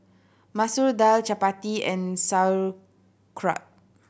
Masoor Dal Chapati and Sauerkraut